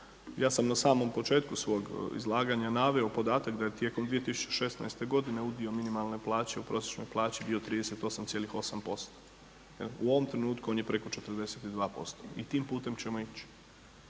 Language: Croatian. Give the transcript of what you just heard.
Ja sam na samom početku svog izlaganja naveo podatak da je tijekom 2016. godine udio minimalne plaće u prosječnoj plaći bio 38,8%. U ovom trenutku on je preko 42% i tim putem ćemo ići